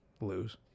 lose